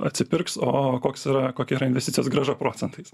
atsipirks o koks yra kokia yra investicijos grąža procentais